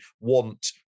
want